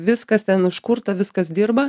viskas ten užkurta viskas dirba